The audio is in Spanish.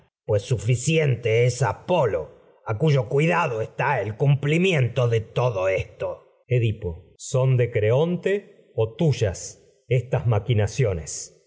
pues suficiente apolo cuidado está el cumplimiento de todo esto de creonte o edipo ciones son tuyas estas